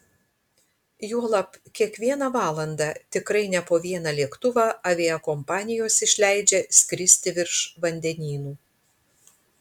juolab kiekvieną valandą tikrai ne po vieną lėktuvą aviakompanijos išleidžia skirsti virš vandenynų